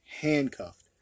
handcuffed